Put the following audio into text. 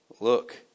Look